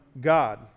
god